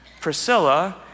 Priscilla